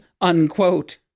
unquote